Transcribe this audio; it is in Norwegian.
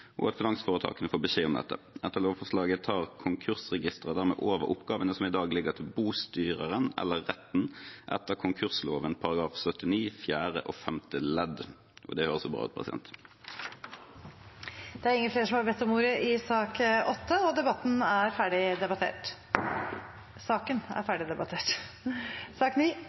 og at finansforetakene får beskjed om dette. Etter lovforslaget tar Konkursregisteret dermed over oppgavene som i dag ligger til bostyreren eller retten etter konkursloven § 79 fjerde og femte ledd – og det høres bra ut. Flere har ikke bedt om ordet til sak nr. 8. Etter ønske fra justiskomiteen vil presidenten ordne debatten slik: 5 minutter til hver partigruppe og